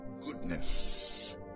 goodness